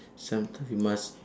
sometime we must